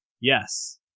Yes